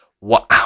wow